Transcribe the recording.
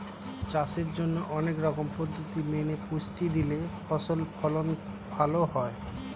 চাষের জন্যে অনেক রকম পদ্ধতি মেনে পুষ্টি দিলে ফসল ফলন ভালো হয়